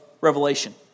Revelation